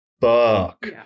fuck